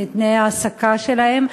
תנאי העסקה שלהן.